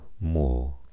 more